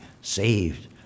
saved